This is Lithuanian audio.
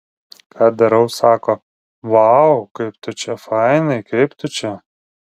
ką darau sako vau kaip tu čia fainiai kaip tu čia